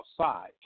outside